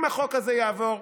אם החוק הזה יעבור,